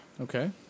Okay